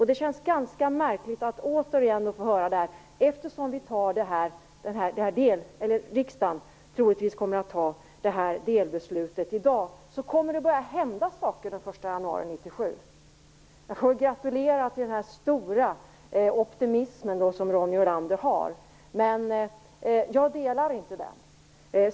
Det känns ganska märkligt att återigen få höra att eftersom riksdagen troligtvis kommer att fatta detta delbeslut i dag så kommer det att börja hända saker efter den 1 januari 1997. Jag får gratulera till den stora optimism som Ronny Olander ger uttryck för. Men jag delar inte den.